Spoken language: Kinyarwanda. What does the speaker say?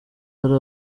hari